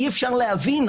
אי אפשר להבין.